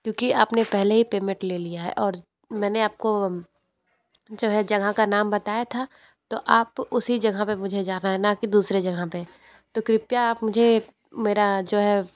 क्योंकि आपने पहले ही पेमेट ले लिया है और मैंने आपको जो है जगह का नाम बताया था तो आप उसी जगह पर मुझे जाना है न कि दूसरे जगह पर तो कृपया आप मुझे मेरा जो है